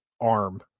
arm